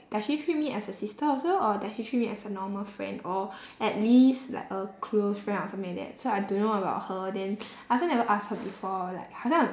does she treat me as a sister also or does she treat me as a normal friend or at least like a close friend or something like that so I don't know about her then I also never ask her before like 好像